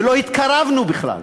ולא התקרבנו בכלל,